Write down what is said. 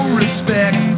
respect